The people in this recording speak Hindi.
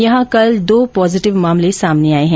यहां कल दो पॉजिटिव मामले सामने आये है